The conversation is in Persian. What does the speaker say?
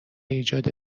ایجاد